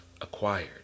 acquired